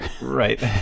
Right